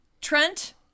Trent